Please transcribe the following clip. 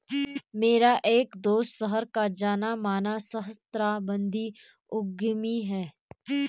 मेरा एक दोस्त शहर का जाना माना सहस्त्राब्दी उद्यमी है